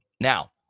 Now